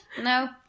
No